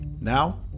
Now